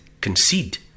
concede